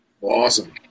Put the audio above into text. awesome